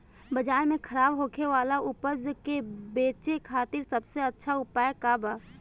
बाजार में खराब होखे वाला उपज के बेचे खातिर सबसे अच्छा उपाय का बा?